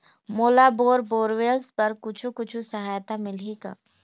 मोला bore borewells बर कुछू कछु सहायता मिलही का?